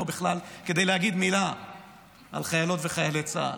בכלל כדי להגיד מילה על חיילות וחיילי צה"ל,